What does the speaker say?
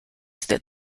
that